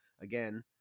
again